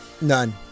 None